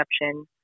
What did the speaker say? exception